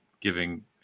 giving